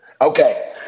Okay